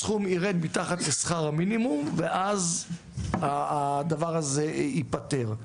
הסכום ירד מתחת לשכר המינימום ואז הדבר ייפתר.